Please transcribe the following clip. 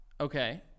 Okay